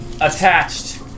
attached